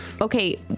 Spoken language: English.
Okay